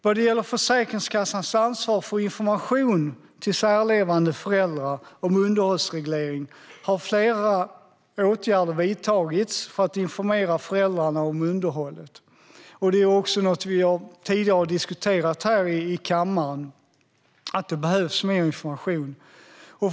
Vad gäller Försäkringskassans ansvar för information till särlevande föräldrar om underhållsreglering har flera åtgärder vidtagits för att informera om underhåll. Vi har tidigare diskuterat i kammaren att det behövs mer information.